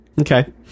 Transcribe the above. Okay